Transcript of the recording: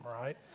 right